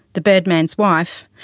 the birdman's wife,